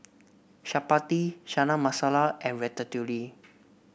Chapati Chana Masala and Ratatouille